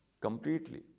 completely